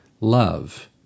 love